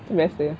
macam biasa